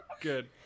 Good